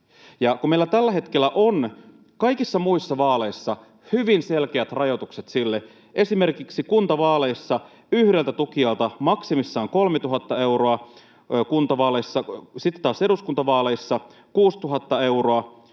meillä tällä hetkellä on kaikissa muissa vaaleissa hyvin selkeät rajoitukset sille — esimerkiksi kuntavaaleissa yhdeltä tukijalta maksimissaan 3 000 euroa, sitten taas eduskuntavaaleissa 6 000 euroa